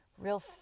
real